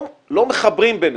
לא מחברים ביניהם.